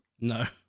no